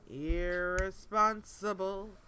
irresponsible